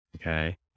Okay